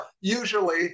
Usually